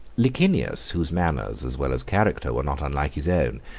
licinius, whose manners as well as character, were not unlike his own,